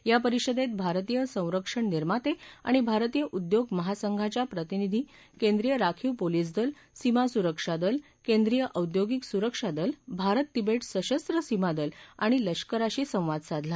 या परिषदेत भारतीय संरक्षण निर्माते आणि भारतीयउद्योग महासंघाच्या प्रतिनिधी केंद्रीय राखीव पोलीस दल सीमा सुरक्षा दल केंद्रीय औद्योगिक सुरक्षा दल भारत तिबेट सशस्त्र सीमा दल आणि लष्कराशी संवाद साधला